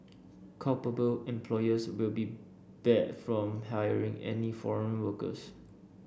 culpable employers will be barred from hiring any foreign workers